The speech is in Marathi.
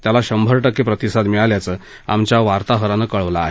त्याला शंभर टक्के प्रतिसाद मिळाल्याचं आमच्या वार्ताहरानं कळवलं आहे